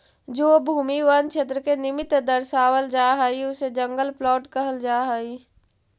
जो भूमि वन क्षेत्र के निमित्त दर्शावल जा हई उसे जंगल प्लॉट कहल जा हई